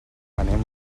anem